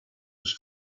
was